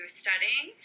studying